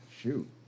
shoot